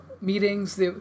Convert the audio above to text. meetings